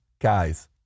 guys